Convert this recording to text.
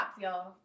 y'all